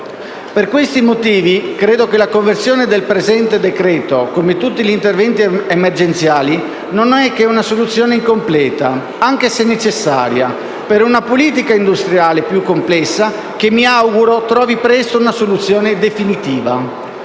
Per questi motivi, credo che la conversione del presente decreto-legge, come tutti gli interventi emergenziali, non sia che una soluzione incompleta, anche se necessaria, per una politica industriale più complessa che mi auguro trovi presto una soluzione definitiva.